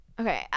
Okay